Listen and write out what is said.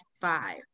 five